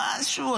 משהו,